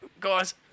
guys